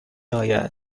آید